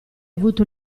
avuto